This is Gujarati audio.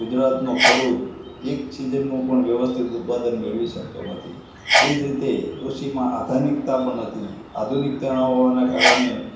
ગુજરાતનો ખેડૂત એક સિજનમાં પણ વ્યવસ્થિત ઉત્પાદન મેળવી શકતો નથી એ જ રીતે કૃષિમાં આધાનિકતા પણ નથી આધુનિકતા ન હોવાને કારણે